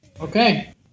Okay